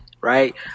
right